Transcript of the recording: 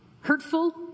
hurtful